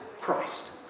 Christ